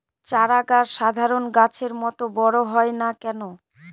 চারা গাছ সাধারণ গাছের মত বড় হয় না কেনো?